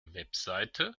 webseite